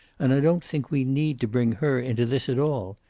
and i don't think we need to bring her into this at all.